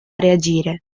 reagire